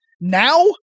Now